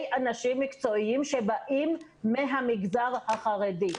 אנשים מקצועיים שבאים מהמגזר החרדי.